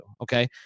Okay